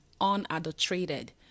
unadulterated